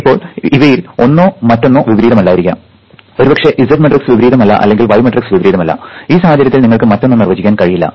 ഇപ്പോൾ ഇവയിൽ ഒന്നോ മറ്റൊന്നോ വിപരീതമല്ലായിരിക്കാം ഒരുപക്ഷേ Z മാട്രിക്സ് വിപരീതമല്ല അല്ലെങ്കിൽ y മാട്രിക്സ് വിപരീതമല്ല ഈ സാഹചര്യത്തിൽ നിങ്ങൾക്ക് മറ്റൊന്ന് നിർവചിക്കാൻ കഴിയില്ല